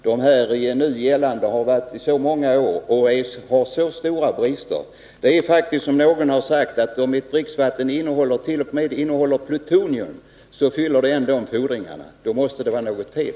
De nu gällande bedömningsgrunderna är gamla och har stora brister. Det är faktiskt så, som någon sagt, att om ett dricksvatten t.o.m. innehåller plutonium, fyller det ändå fordringarna, och då måste det vara något fel.